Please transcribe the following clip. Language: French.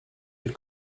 elle